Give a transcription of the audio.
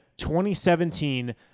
2017